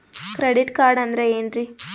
Credit card ಅಂದ್ರ ಏನ್ರೀ?